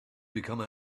become